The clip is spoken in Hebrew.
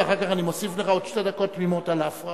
ואחר כך אני מוסיף לך עוד שתי דקות תמימות על ההפרעות.